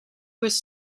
was